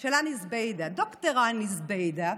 של הני זובידה, ד"ר הני זובידה,